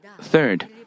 Third